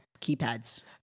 keypads